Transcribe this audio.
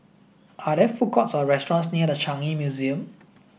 are there food courts or restaurants near The Changi Museum